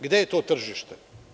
Gde je to tržište?